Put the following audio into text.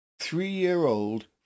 Three-year-old